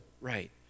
right